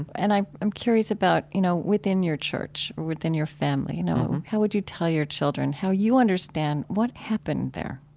and i'm i'm curious about, you know, within your church, or within your family, you know, how would you tell your children how you understand what happened there?